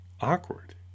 awkward